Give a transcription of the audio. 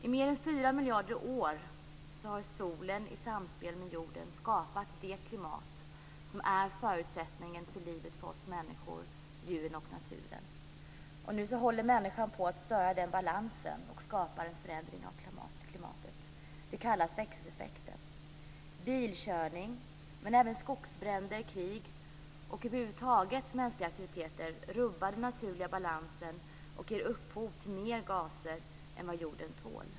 I mer än fyra miljarder år har solen i samspel med jorden skapat det klimat som är förutsättningen för livet för oss människor, djuren och naturen. Nu håller människan på att störa den balansen och skapa en förändring av klimatet. Den kallas växthuseffekten. Bilkörning, men även skogsbränder, krig och mänskliga aktiviteter över huvud taget, rubbar den naturliga balansen och ger upphov till mer gaser än jorden tål.